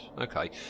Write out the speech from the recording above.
okay